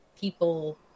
people